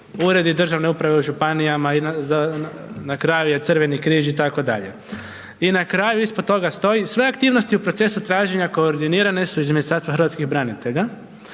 uredi državne uprave u županijama i na kraju je Crveni križ, itd. I na kraju, ispod toga stoji, sve aktivnosti u procesu traženja koordinirane su iz Ministarstva hrvatskih branitelja,